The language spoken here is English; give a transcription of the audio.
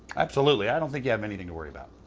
absolutely, i don't think you have anything to worry about.